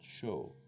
show